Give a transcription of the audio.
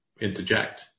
interject